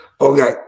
Okay